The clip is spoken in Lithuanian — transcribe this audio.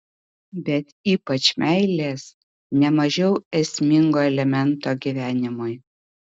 bet ypač meilės ne mažiau esmingo elemento gyvenimui